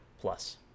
plus